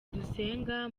dusenga